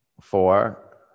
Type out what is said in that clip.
four